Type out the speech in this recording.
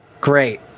Great